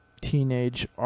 teenage